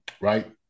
right